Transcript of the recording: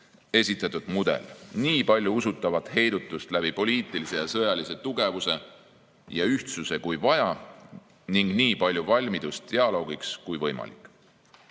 esitatud mudel: "Nii palju usutavat heidutust poliitilise ja sõjalise tugevuse ja ühtsuse abil kui vaja ning nii palju valmidust dialoogiks kui võimalik."Lääne,